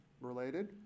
related